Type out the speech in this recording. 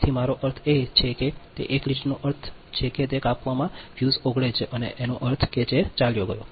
તેથી મારો અર્થ એ છે કે તે એક લીટીનો અર્થ છે કે તે કાપવામાં ફ્યુઝ ઓગળે છે તેનો અર્થ છે કે ચાલ્યો ગયો